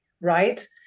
right